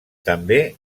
també